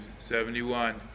71